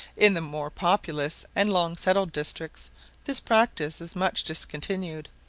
in the more populous and long-settled districts this practice is much discontinued,